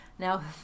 Now